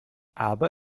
aber